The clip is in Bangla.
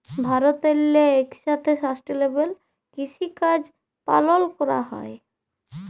ভারতেল্লে ইকসাথে সাস্টেলেবেল কিসিকাজ পালল ক্যরা হ্যয়